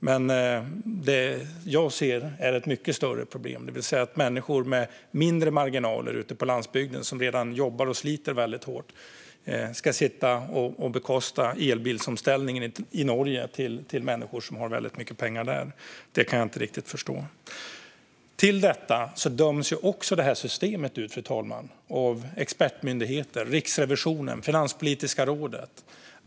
Men det jag ser är ett mycket större problem. Människor med mindre marginaler ute på landsbygden, som redan jobbar och sliter väldigt hårt, ska sitta och bekosta elbilsomställningen i Norge till människor där som har väldigt mycket pengar. Det kan jag inte riktigt förstå. Fru talman! Till detta döms systemet också ut av expertmyndigheter, Riksrevisionen och Finanspolitiska rådet.